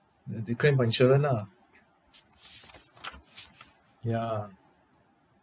th~ they claim from insurance ah ya